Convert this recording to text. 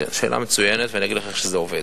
שאלה מצוינת, ואני אגיד לך איך זה עובד: